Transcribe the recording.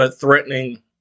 threatening